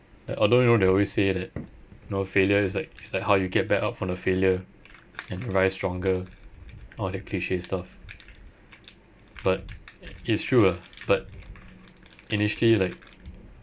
like although you know they always say that you know failure it's like it's like how you get back up from the failure and rise stronger all that cliche stuff but it's true ah but initially like